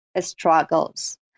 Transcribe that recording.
struggles